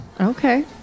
Okay